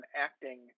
acting